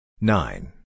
nine